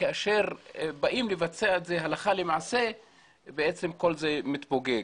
וכשבאים לבצע את זה הלכה למעשה כל זה מתפוגג.